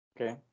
okay